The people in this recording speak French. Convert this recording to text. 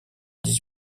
dix